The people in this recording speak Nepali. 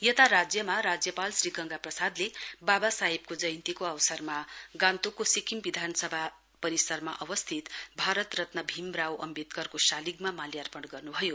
यता राज्यमा राज्यपाल श्री गंगा प्रसादले वावा साहेबको जयन्तीको अवसरमा गान्तोकको सिक्किम विधानसभा परिसरमा अवस्थित भारत रत्न भीम राव अम्वेदकरको शालिगमा माल्यार्पण गर्नुभयो